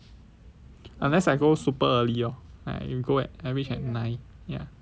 unless I go super early lor like I go I reach at nine ya